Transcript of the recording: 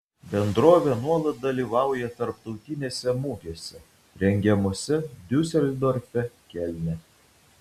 bendrovė nuolat dalyvauja tarptautinėse mugėse rengiamose diuseldorfe kelne